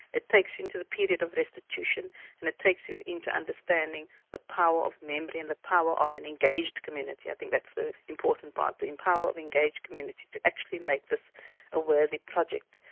it takes you into the period of restitution and it takes you into understanding the power of memory, and the power of an engaged community, i think that's the important part, the power of engaged community, to actually make this a worthy project.